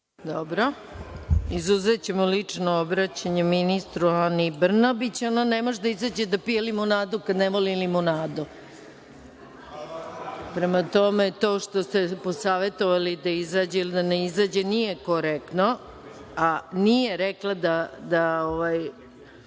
Izuzećemo lično obraćanje ministru Ani Brnabić. Ona ne može da izađe da pije limunadu kada ne voli limunadu. Prema tome, to što ste je posavetovali da izađe ili da ne izađe nije korektno. Nije rekla i